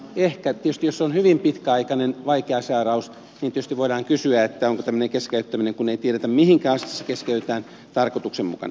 tietysti ehkä jos on hyvin pitkäaikainen vaikea sairaus voidaan kysyä onko tämmöinen keskeyttäminen kun ei tiedetä mihinkä asti se keskeytetään tarkoituksenmukainen